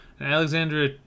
Alexandra